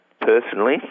personally